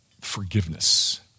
forgiveness